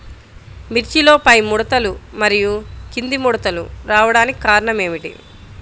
మిర్చిలో పైముడతలు మరియు క్రింది ముడతలు రావడానికి కారణం ఏమిటి?